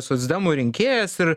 socdemų rinkėjas ir